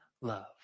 love